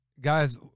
guys